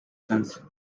change